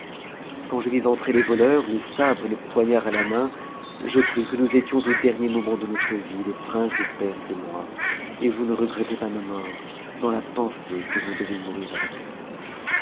quand je vis entrer les voleurs le sabre et le poignard à la main je crus que nous étions au dernier moment de notre vie le prince de perse et moi et je ne regrettais pas ma mort dans la pensée que je devais mourir avec lui